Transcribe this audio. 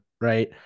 right